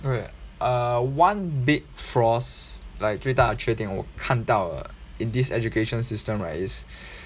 alright err one big flaws like 最大的确定我看到 uh in this education system right is